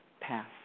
Pass